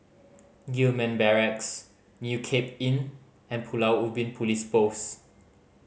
Gillman Barracks New Cape Inn and Pulau Ubin Police Post